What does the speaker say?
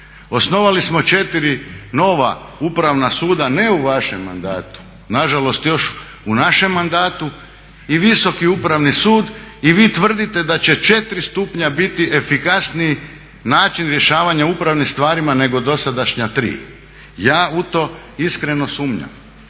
Osnovali smo četiri nova upravna suda ne u vašem mandatu, nažalost još u našem mandatu i visoki upravni sud i vi tvrdite da će četiri stupnja biti efikasniji način rješavanja u upravnim stvarima nego dosadašnja tri. Ja u to iskreno sumnjam.